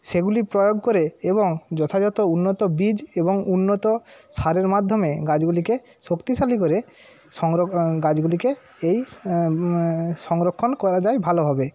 সেগুলি প্রয়োগ করে এবং যথাযথ উন্নত বীজ এবং উন্নত সারের মাধ্যমে গাছগুলিকে শক্তিশালী করে সংর গাছগুলিকে এই সংরক্ষণ করা যায় ভালোভাবে